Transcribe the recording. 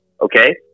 okay